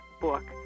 book